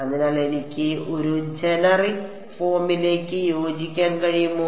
അതിനാൽ എനിക്ക് ഈ ജനറിക് ഫോമിലേക്ക് യോജിക്കാൻ കഴിയുമോ